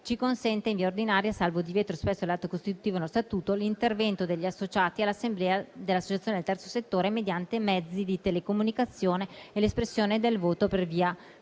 ci consente in via ordinaria, salvo divieto espresso all'atto costitutivo nello statuto, l'intervento degli associati all'assemblea delle associazioni del Terzo settore mediante mezzi di telecomunicazione e l'espressione del voto per via